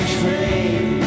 train